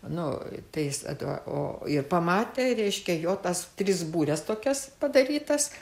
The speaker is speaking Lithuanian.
nu tai jis to ir pamatė reiškia jo tas tris bures tokias padarytas